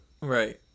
right